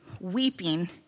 weeping